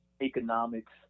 economics